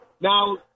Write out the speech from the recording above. Now